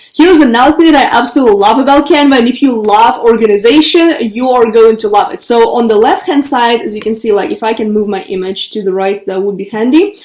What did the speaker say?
here's another thing that i absolutely love about canva and if you love organization, you are going to love it. so on the left hand side as you can see, like if i can move my image to the right, that would be handy.